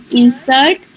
insert